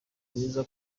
mwiza